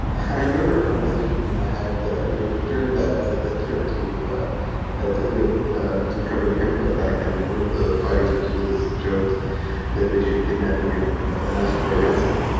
i remember a conversation i had, you know, during that that trip to ah ah to idlib to cover the chemical attack. and one of the fighters was with us, joked that they should kidnap me and and ask for a ransom.